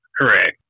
Correct